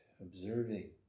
observing